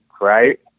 right